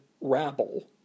rabble